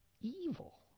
evil